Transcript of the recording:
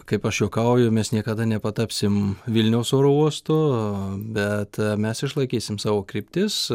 kaip aš juokauju mes niekada nepatapsim vilniaus oro uostu bet mes išlaikysim savo kryptis